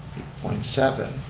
point seven,